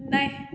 नहि